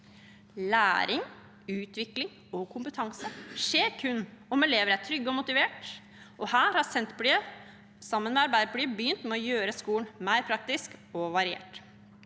Læring, utvikling og kompetanse skjer kun om elever er trygge og motiverte. Her har Senterpartiet sammen med Arbeiderpartiet begynt å gjøre skolen mer praktisk og variert.